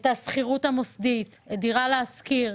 את השכירות המוסדית, "דירה להשכיר".